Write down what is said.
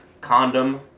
Condom